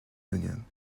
union